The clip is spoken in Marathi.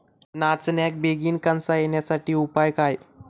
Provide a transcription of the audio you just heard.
नाचण्याक बेगीन कणसा येण्यासाठी उपाय काय?